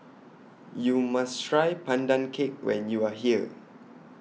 YOU must Try Pandan Cake when YOU Are here